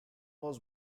was